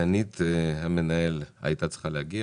סגנית המנהל איריס בראל הייתה צריכה להגיע,